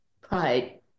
pride